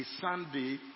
Sunday